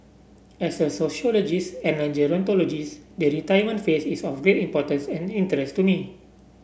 as a sociologist and a gerontologist the retirement phase is a very importance and interest to me